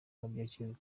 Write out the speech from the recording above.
wabyakiriye